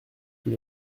tous